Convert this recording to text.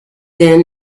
then